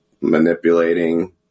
manipulating